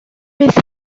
bydd